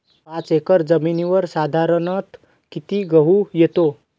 पाच एकर जमिनीवर साधारणत: किती गहू येतो?